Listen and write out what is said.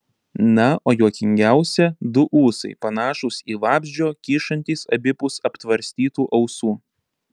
na o juokingiausia du ūsai panašūs į vabzdžio kyšantys abipus aptvarstytų ausų